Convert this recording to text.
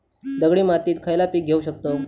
दगडी मातीत खयला पीक घेव शकताव?